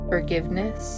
forgiveness